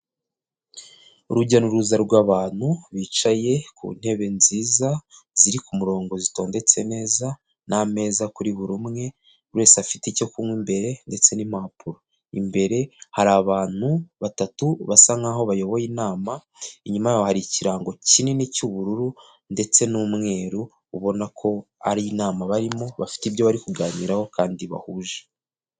Urujya n'uruza rw'abantu bicaye ku ntebe nziza ziri ku murongo zitondetse neza n'ameza kuri buri umwe wese afite icyo kunywa imbere ndetse n'impapuro, imbere hari abantu batatu basa nk'aho bayoboye inama inyuma yabo hari ikirango kinini cy'ubururu ndetse n'umweru ubona ko ari inama barimo bafite ibyo bari kuganiraho kandi bahuje.